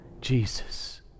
Jesus